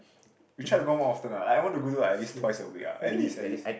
we try to go more often ah like I want to go do like at least twice a week ah at least at least